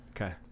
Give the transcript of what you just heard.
Okay